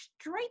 straight